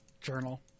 journal